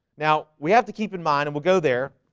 now we have to keep in mind and we'll go there